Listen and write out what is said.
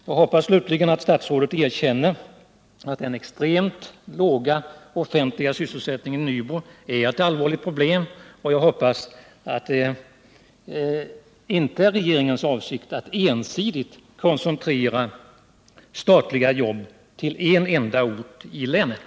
Jag hoppas slutligen att statsrådet erkänner att den extremt låga offentliga sysselsättningen i Nybro är ett allvarligt problem och att det inte är 9 regeringens avsikt att ensidigt koncentrera statliga jobb till en enda ort i länet.